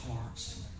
hearts